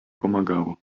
pomagało